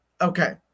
Okay